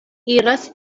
iras